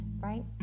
right